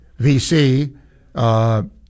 VC